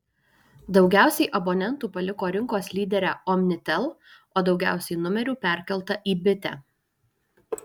daugiausiai abonentų paliko rinkos lyderę omnitel o daugiausiai numerių perkelta į bitę